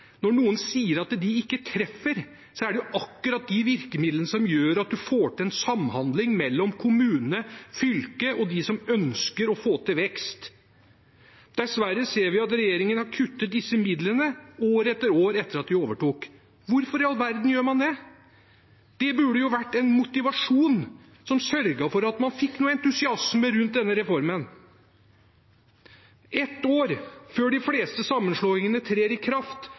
Når noen sier at de ikke treffer, er det akkurat de virkemidlene som gjør at en får til en samhandling mellom kommunene, fylket og de som ønsker å få til vekst. Dessverre ser vi at regjeringen har kuttet disse midlene, år etter år etter at de overtok. Hvorfor i all verden gjør man det? Det burde vært en motivasjon som sørget for at man fikk entusiasme rundt denne reformen. Ett år før de fleste sammenslåingene trer i kraft,